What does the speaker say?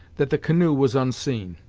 that the canoe was unseen,